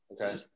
Okay